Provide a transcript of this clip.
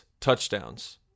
touchdowns